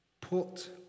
Put